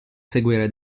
seguire